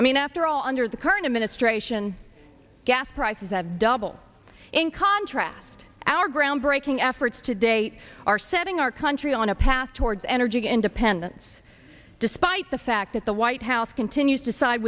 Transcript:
i mean after all under the current administration gas prices have doubled in contrast our groundbreaking efforts to date are setting our country on a path towards energy independence despite the fact that the white house continues to side